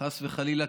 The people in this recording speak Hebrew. חס וחלילה,